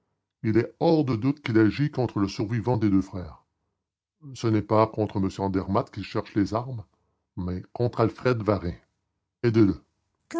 il est hors de doute qu'il agit contre le survivant des deux frères ce n'est pas contre m andermatt qu'il cherche des armes mais contre alfred varin